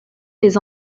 des